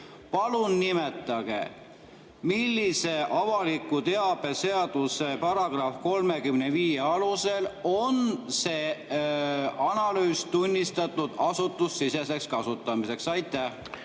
Palun nimetage, millise avaliku teabe seaduse § 35 [sätte] alusel on see analüüs tunnistatud asutusesiseseks kasutamiseks! Oota